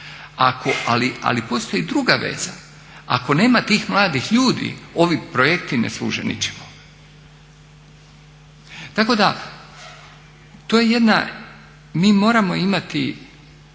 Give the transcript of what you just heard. ali postoji druga veza, ako nema tih mladih ljudi ovi projekti ne služe ničemu. Tako da, to je jedna, mi moramo imati,